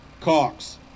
Cox